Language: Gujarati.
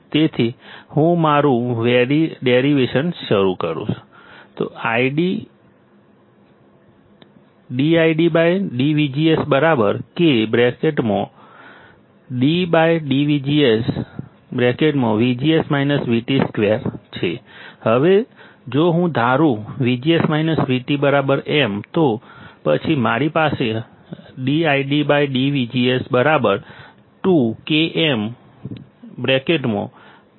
તેથી જો હું મારુ ડેરિવેટિવ શરૂ કરું dID dVGS K d dVGS 2 હવે જો હું ધારું VGS VT m પછી મારી પાસે હશે dID dVGS 2 Km dm dVGS